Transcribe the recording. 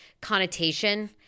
connotation